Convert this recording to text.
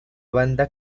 banda